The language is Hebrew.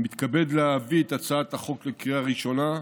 אני מתכבד להביא את הצעת החוק לקריאה ראשונה,